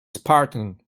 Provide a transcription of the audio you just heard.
spartan